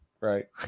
Right